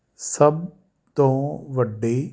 ਸਭ ਤੋਂ ਵੱਡੀ